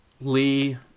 Lee